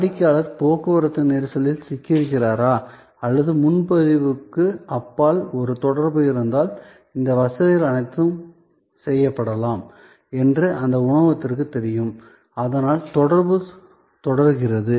வாடிக்கையாளர் போக்குவரத்து நெரிசலில் சிக்கியிருக்கிறாரா அல்லது முன்பதிவுக்கு அப்பால் ஒரு தொடர்பு இருந்தால் இந்த வசதிகள் அனைத்தும் செய்யப்படலாம் என்று அந்த உணவகத்திற்குத் தெரியும் அதனால் தொடர்பு தொடர்கிறது